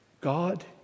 God